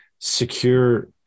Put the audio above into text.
secure